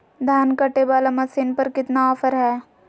धान कटे बाला मसीन पर कितना ऑफर हाय?